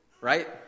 Right